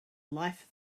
life